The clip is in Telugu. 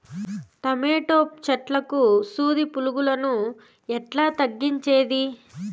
టమోటా చెట్లకు సూది పులుగులను ఎట్లా తగ్గించేది?